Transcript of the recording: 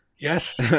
yes